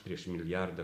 prieš milijardą